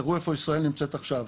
תראו איפה ישראל נמצאת עכשיו.